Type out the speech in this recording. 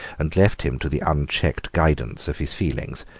and left him to the unchecked guidance of his feelings.